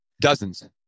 Dozens